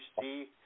see